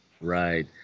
Right